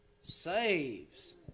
saves